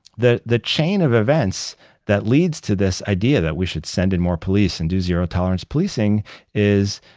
the the chain of events that leads to this idea that we should send in more police and do zero-tolerance policing is,